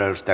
kiitos